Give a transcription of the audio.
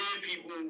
people